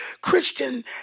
Christian